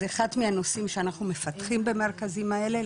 זה אחד מהנושאים שאנחנו מפתחים במרכזים האלה,